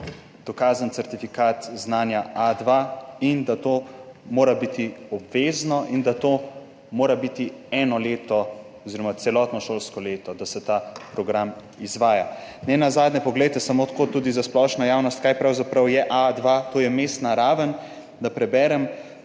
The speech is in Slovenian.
dokaz, certifikat znanja A2 in da mora to biti obvezno in da mora to biti eno leto oziroma celotno šolsko leto, da se ta program izvaja. Nenazadnje poglejte samo tako, tudi za splošno javnost, kaj pravzaprav je A2. To je vmesna raven. Naj preberem: